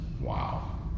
Wow